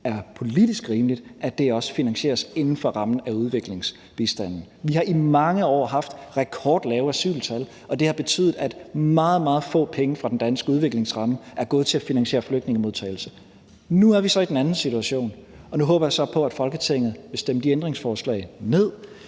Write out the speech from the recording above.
det er politisk rimeligt, at det finansieres inden for rammen af udviklingsbistanden. Kl. 17:37 Vi har i mange år haft rekordlave asyltal, og det har betydet, at meget, meget få penge fra den danske udviklingsramme er gået til at finansiere flygtningemodtagelse. Nu er vi så i den anden situation, og nu håber jeg så på, at Folketinget vil stemme de ændringsforslag ned